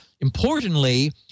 importantly